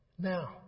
Now